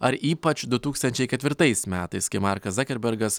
ar ypač du tūkstančiai ketvirtais metais kai markas zakerbergas